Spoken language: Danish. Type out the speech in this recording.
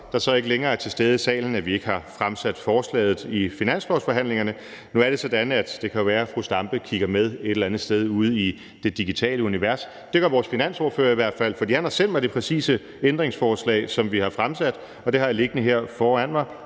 der så ikke længere er til stede i salen, at vi ikke har fremsat forslaget i finanslovsforhandlingerne. Nu kan det jo være, at fru Zenia Stampe kigger med et eller andet sted ude i det digitale univers. Det gør vores finansordfører i hvert fald, for han har sendt mig præcis det ændringsforslag om tre-d-scanninger af historiske bygninger